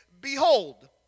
Behold